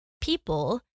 people